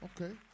Okay